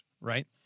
right